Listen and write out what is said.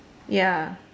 ya